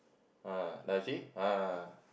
ah now you see ah